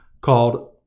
called